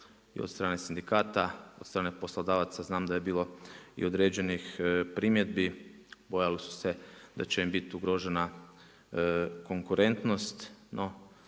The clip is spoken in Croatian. od strane sindikata, od strane poslodavaca, znam da je bilo i određenih primjedbi, bojali su se da će im biti ugrožena konkurentnost,